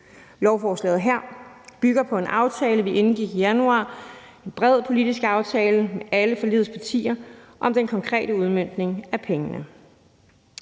Lovforslaget her bygger på en bred politisk aftale, vi indgik i januar med alle forligets partier om den konkrete udmøntning af pengene.